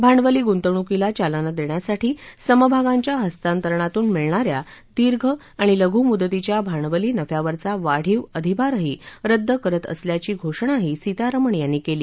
भांडवली गुंतवणूकीला चालना देण्यासाठी समभागांच्या हस्तांतरणातून मिळणाऱ्या दीर्घ आणि लघु मुदतीच्या भांडवली नफ्यावरचा वाढीव अधिभारही रद्द करत असल्याची घोषणाही सितारमण यांनी केली